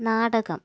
നാടകം